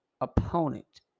opponent